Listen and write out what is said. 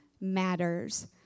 matters